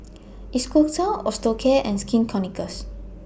Isocal Osteocare and Skin Ceuticals